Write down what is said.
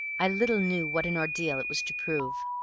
i little knew what an ordeal it was to prove.